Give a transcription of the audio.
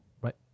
Right